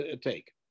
take